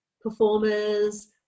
performers